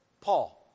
Paul